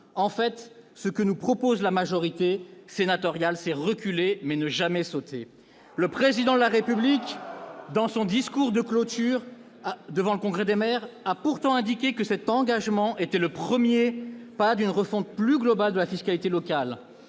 En fait, ce que nous propose la majorité sénatoriale, c'est reculer, mais ne jamais sauter ! Le Président de la République, dans son discours de clôture devant le congrès des maires, a pourtant indiqué que cet engagement était le premier pas d'une refonte plus globale de la fiscalité locale.